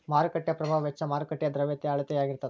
ಮಾರುಕಟ್ಟೆ ಪ್ರಭಾವ ವೆಚ್ಚ ಮಾರುಕಟ್ಟೆಯ ದ್ರವ್ಯತೆಯ ಅಳತೆಯಾಗಿರತದ